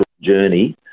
journey